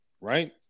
right